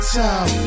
time